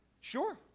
Sure